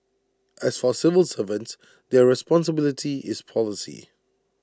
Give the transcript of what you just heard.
as for civil servants their responsibility is policy